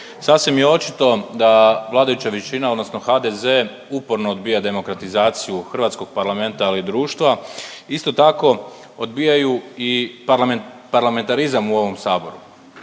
Sasvim je očito da vladajuća većina odnosno HDZ, uporno odbija demokratizaciju Hrvatskog parlamenta, ali i društva. Isto tako, odbijaju i parlamentarizam u ovom Saboru,